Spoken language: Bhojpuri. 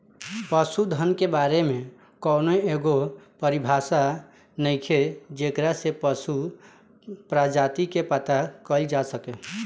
पशुधन के बारे में कौनो एगो परिभाषा नइखे जेकरा से पशु प्रजाति के पता कईल जा सके